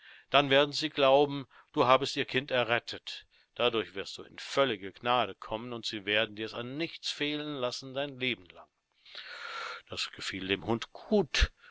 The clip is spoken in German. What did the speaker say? dann werden sie glauben du habest ihr kind errettet dadurch wirst du in völlige gnade kommen und sie werden dirs an nichts fehlen lassen dein lebelang das gefiel dem hund gut